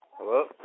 Hello